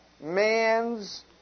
man's